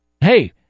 Hey